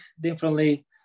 differently